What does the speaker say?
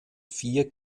vier